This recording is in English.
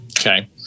Okay